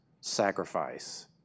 sacrifice